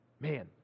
Man